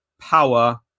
power